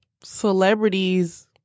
celebrities